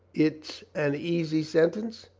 it's an easy sentence?